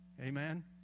Amen